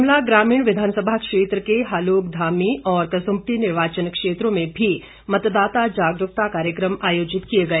शिमला ग्रामीण विधानसभा क्षेत्र के हलोग धामी और कसुम्पटी विधानसभा क्षेत्र में भी मतदाता जागरूकता कार्यक्रम आयोजित किए गए